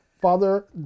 Father